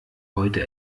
heute